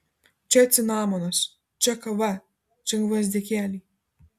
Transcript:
čia cinamonas čia kava čia gvazdikėliai